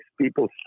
people